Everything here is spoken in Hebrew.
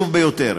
הוא יותר,